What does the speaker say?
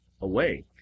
away